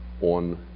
on